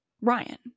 Ryan